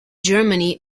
germany